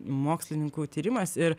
mokslininkų tyrimas ir